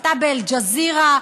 ההסתה באל-ג'זירה,